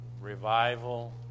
revival